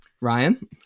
ryan